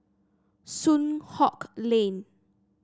Soon Hock Lane